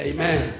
Amen